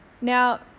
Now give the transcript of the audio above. Now